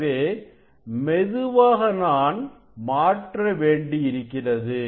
எனவே மெதுவாக நான் மாற்ற வேண்டியிருக்கிறது